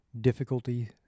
difficulty